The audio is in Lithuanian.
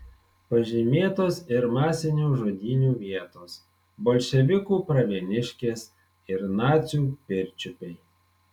pažymėtos ir masinių žudynių vietos bolševikų pravieniškės ir nacių pirčiupiai